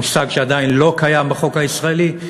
מושג שעדיין לא קיים בחוק הישראלי,